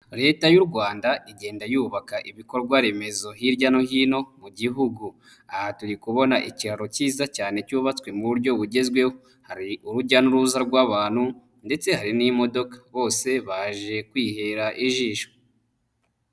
Leta y'u Rwanda igenda yubaka ibikorwa remezo hirya no hino mu gihugu, aha turi kubona ikiraro kiza cyane cyubatswe mu buryo bugezweho urujya n'uruza rw'abantu ndetse hari n'imodoka bose baje kwihera ijisho.